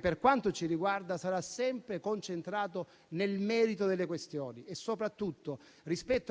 per quanto ci riguarda sarà sempre concentrato sul merito delle questioni. E soprattutto, rispetto alle